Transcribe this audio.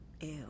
ew